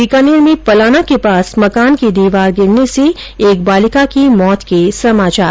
बीकानेर में पलाना के पास मकान की दीवार गिरने से एक बालिका की मौत हो गई